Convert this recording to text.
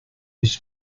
his